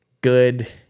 good